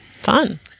Fun